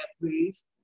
please